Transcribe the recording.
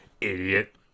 Idiot